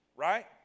Right